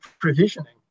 provisioning